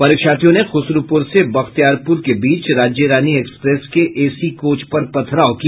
परीक्षार्थियों ने खुसरूपुर से बख्तियारपुर के बीच राज्यरानी एक्सप्रेस के एसी कोच पर पथराव किया